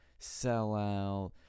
sellout